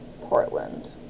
Portland